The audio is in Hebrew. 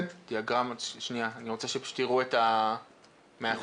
שיראו את הדיאגרמה.